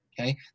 okay